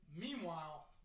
Meanwhile